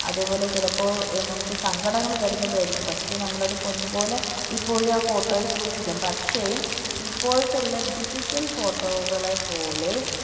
അതേപോലെ ചിലപ്പോൾ നമുക്ക് സങ്കടങ്ങള് തരുന്നതും ആയിരിക്കും പക്ഷെ നമ്മളത് പൊന്നുപോലെ ഇപ്പോഴും ആ ഫോട്ടോയെ സൂക്ഷിക്കും പക്ഷേ ഇപ്പോഴത്തെ ഉള്ള ഡിജിറ്റൽ ഫോട്ടോകളെ പോലെ